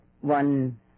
one